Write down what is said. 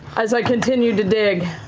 as i continued to dig,